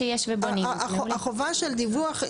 החובה של דיווח,